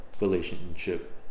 relationship